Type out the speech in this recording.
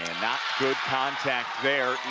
good contact there a